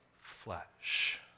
flesh